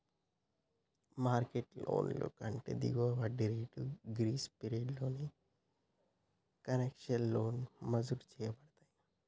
market లోన్ల కంటే దిగువ వడ్డీ రేట్లు, గ్రేస్ పీరియడ్లతో కన్సెషనల్ లోన్లు మంజూరు చేయబడతయ్